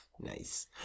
Nice